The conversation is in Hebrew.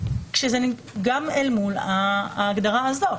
גם אל מול ההגדרה הזאת.